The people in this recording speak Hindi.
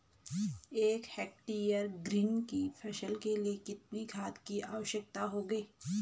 एक हेक्टेयर गन्ने की फसल के लिए कितनी खाद की आवश्यकता होगी?